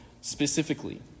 specifically